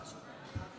(קורא בשמות חברי